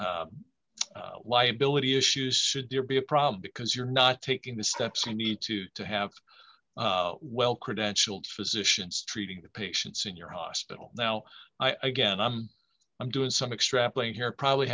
to liability issues should there be a problem because you're not taking the steps you need to to have well credentialed physicians treating the patients in your hospital now i again i'm i'm doing some extrapolating here probably